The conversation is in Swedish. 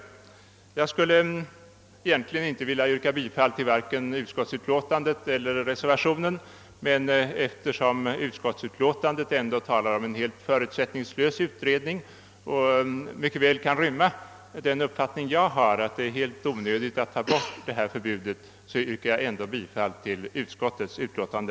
Egentligen skulle jag inte vilja yrka bifall till vare sig utskottsutlåtandet eller reservationen, men eftersom utskottsutlåtandet i alla fall talar om en helt förutsättninglös utredning och mycket väl kan rymma den uppfattningen jag har — att det är onödigt att ta bort detta förbud — yrkar jag bifall till utskottets utlåtande.